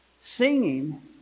Singing